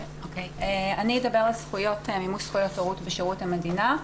אני אדבר על זכויות מול זכויות בשירות המדינה.